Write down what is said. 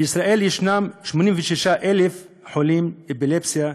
בישראל ישנם כ-86,000 חולי אפילפסיה,